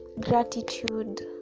Gratitude